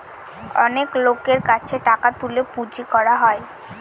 অনেক লোকের কাছে টাকা তুলে পুঁজি করা হয়